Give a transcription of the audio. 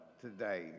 today